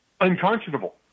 unconscionable